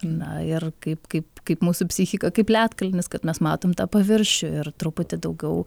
na ir kaip kaip kaip mūsų psichika kaip ledkalnis kad mes matom tą paviršių ir truputį daugiau